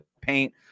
paint